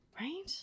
Right